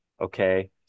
okay